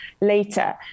later